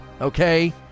okay